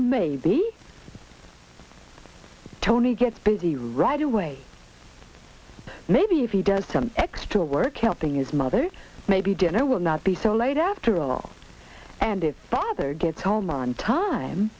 maybe tony gets busy right away maybe if he does some extra work helping his mother maybe dinner will not be so late after all and if father gets home on time